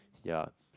ya